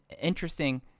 interesting